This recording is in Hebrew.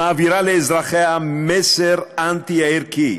מעבירה לאזרחיה מסר אנטי-ערכי.